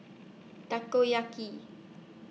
Takoyaki